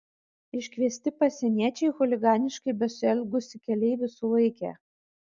iškviesti pasieniečiai chuliganiškai besielgusį keleivį sulaikė